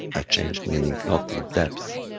i changed, meaning not in depth,